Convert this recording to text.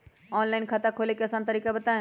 Online खाता खोले के आसान तरीका बताए?